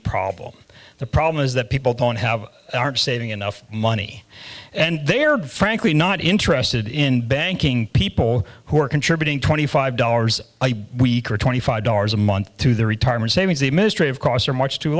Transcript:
problem the problem is that people don't have aren't saving enough money and they're frankly not interested in banking people who are contributing twenty five dollars a week or twenty five dollars a month to their retirement savings the administrative costs are much too